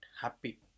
happy